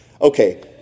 Okay